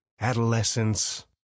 adolescence